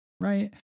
Right